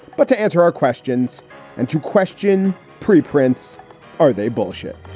but to answer our questions and to question preprint. are they bullshit?